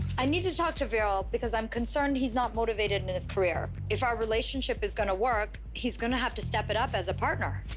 i need to talk to veeral, because i'm concerned he's not motivated and in his career. if our relationship is gonna work, he's gonna have to step it up as a partner.